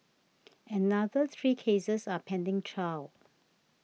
another three cases are pending trial